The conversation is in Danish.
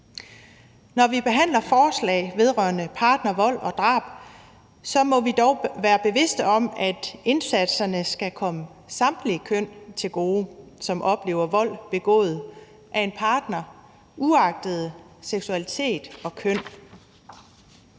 Når vi behandler forslag vedrørende partnervold og -drab, må vi dog være bevidste om, at indsatserne skal komme samtlige, som oplever vold begået af en partner, til gode, altså uagtet seksualitet og køn.